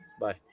Bye